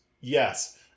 yes